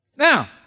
Now